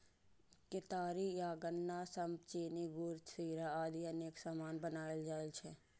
केतारी या गन्ना सं चीनी, गुड़, शीरा आदि अनेक सामान बनाएल जाइ छै